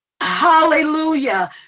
Hallelujah